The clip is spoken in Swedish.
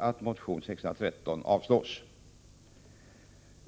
att motion 613 avslås. Herr talman!